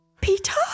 Peter